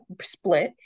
split